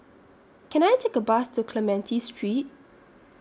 Can I Take A Bus to Clementi Street